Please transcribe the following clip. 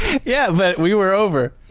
yeah. but we were over.